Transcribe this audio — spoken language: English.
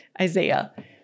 Isaiah